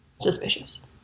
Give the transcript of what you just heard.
suspicious